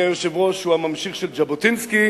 שחשב פעם שהוא הממשיך של ז'בוטינסקי,